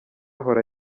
ahora